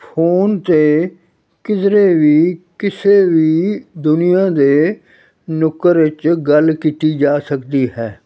phone 'ਤੇ ਕਿਧਰੇ ਵੀ ਕਿਸੇ ਵੀ ਦੁਨੀਆਂ ਦੇ ਨੁੱਕਰ ਵਿੱਚ ਗੱਲ ਕੀਤੀ ਜਾ ਸਕਦੀ ਹੈ